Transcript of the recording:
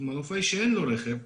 מנופאי שאין לו רכב,